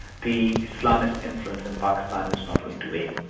the islamist influence in pakistan is not going to wane.